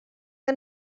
que